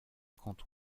canton